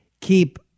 keep